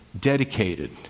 dedicated